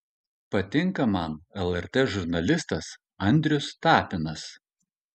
patinka man lrt žurnalistas andrius tapinas